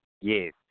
Yes